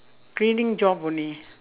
cleaning job only